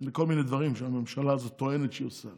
לכל מיני דברים שהממשלה הזאת טוענת שהיא עושה.